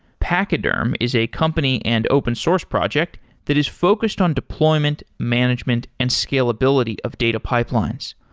pachyderm is a company and open source project that is focused on deployment, management and scalability of data pipelines.